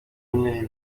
yemeye